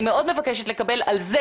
אני מאוד מבקשת לקבל על זה,